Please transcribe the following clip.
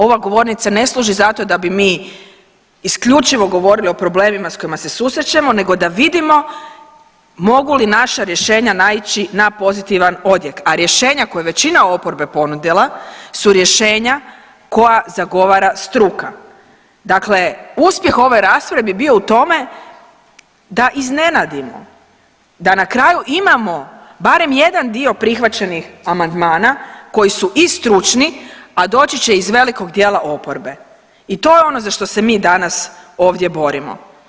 Ova govornica ne služi zato da bi mi isključivo govorili o problemima s kojima se susrećemo nego da vidimo mogu li naša rješenja naići na pozitivan odjek, a rješenja koja je većina oporbe ponudila su rješenja koja zagovara struka, dakle uspjeh ove rasprave bi bio u tome da iznenadimo da na kraju imamo barem jedan dio prihvaćenih amandmana koji su i stručni, a doći će iz velikog dijela oporbe i to je ono za što se mi danas ovdje borimo.